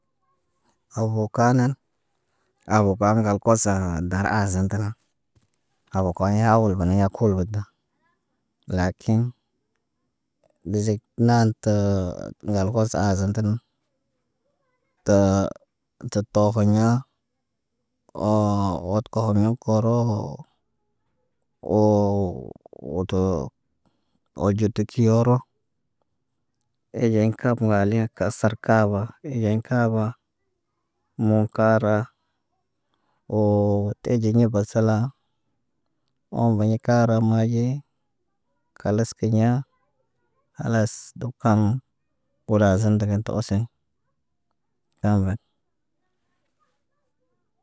Avoka nan, avoka ŋgal kosanə dar aazən tə nan. Avoka ɲaa wolo bana ya koy got da. Lakin, dəzək naan təə ŋgal posə aazan tə nən. Təə tə toofoɲa woo wot kohomiɲ koro woo. Woo, wo to ɟito kioyoro. Eɟeŋg kap ŋgaliya kas sarkaba, eɟeɲ kaaba. Moŋg kaara woo ti iɟiɲi basala ombaɲe kaarə maaɟii khalas kiɲa, khalas dop kam wolazən ndəgən tə oseɲ kalbat.